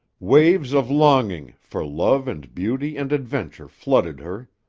waves of longing for love and beauty and adventure flooded her.